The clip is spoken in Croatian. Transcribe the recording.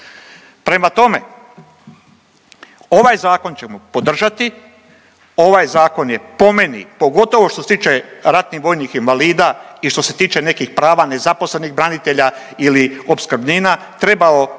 Prema tome, ovaj zakon ćemo podržati, ovaj zakon je po meni, pogotovo što se tiče ratnih vojnih invalida i što se tiče nekih prava, nezaposlenih branitelja ili opskrbnina trebao